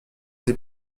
des